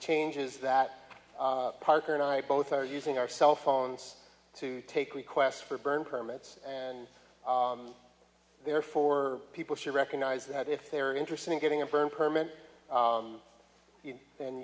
changes that parker and i both are using our cell phones to take requests for burn permits and therefore people should recognize that if they're interested in getting a